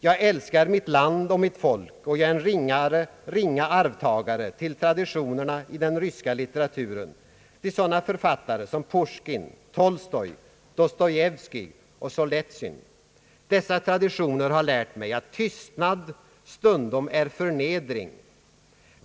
Jag älskar mitt land och mitt folk, och jag är en ringa arvtagare till traditionerna i den ryska litteraturen, till sådana författare som Pusjkin, Tolstoy, Dostojevskij och Solsenitsyn. Dessa traditioner har lärt mig att tystnad stundom är förnedring.